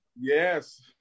Yes